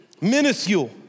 Minuscule